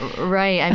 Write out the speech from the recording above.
right. i